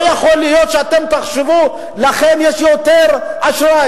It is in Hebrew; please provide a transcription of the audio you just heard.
לא יכול להיות שאתם תחשבו שלכם יש יותר אשראי,